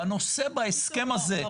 בנושא בהסכם הזה.